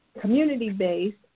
community-based